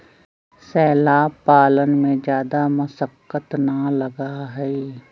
शैवाल पालन में जादा मशक्कत ना लगा हई